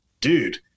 dude